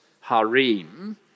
harem